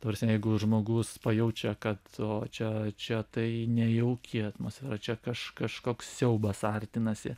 ta prasme jeigu žmogus pajaučia kad o čia čia tai nejauki atmosfera čia kaž kažkoks siaubas artinasi